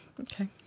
Okay